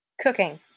Cooking